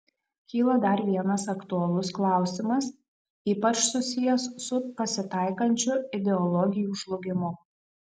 kyla dar vienas aktualus klausimas ypač susijęs su pasitaikančiu ideologijų žlugimu